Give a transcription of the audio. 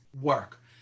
work